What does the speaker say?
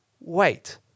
wait